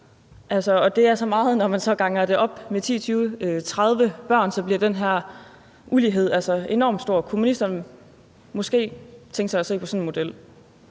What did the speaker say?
Og det er altså meget, når man så ganger det op. Med 10, 20, 30 børn bliver den her ulighed enormt stor. Kunne ministeren måske tænke sig at se på sådan en model?